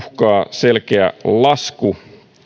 selkeä lasku